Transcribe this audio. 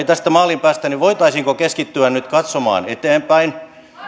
tästä maaliin pääse niin voitaisiinko keskittyä nyt katsomaan eteenpäin